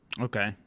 Okay